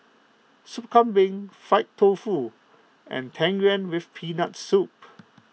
Sup Kambing Fried Tofu and Tang Yuen with Peanut Soup